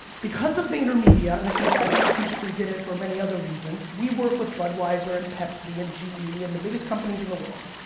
because of vaynermedia, and this is why i strategically did it, for many other reasons, we work with budweiser and pepsi and ge and the biggest companies in the world.